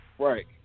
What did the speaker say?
Right